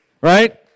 Right